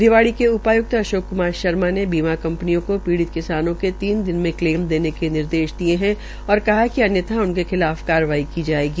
रेवाड़ी के उपाय्क्त अशोक क्मार शर्मा ने बीमा कंपनियों को पीडि़त किसानों को तीन दिन में कलेम देने के निर्देश दिये है और कहा है कि अन्यथा उनके खिलाफ कार्रवाई की जायेगी